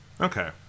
okay